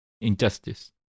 Injustice